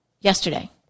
yesterday